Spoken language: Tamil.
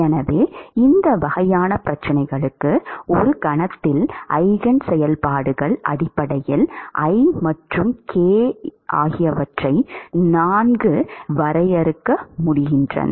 எனவே இந்த வகையான பிரச்சனைகளுக்கு ஒரு கணத்தில் ஈஜென் செயல்பாடுகள் அடிப்படையில் I மற்றும் K ஆகியவற்றை நன்கு வரையறுக்கின்றன